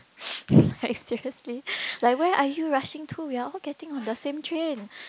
like seriously like where are you rushing to we're all getting on the same train